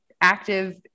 active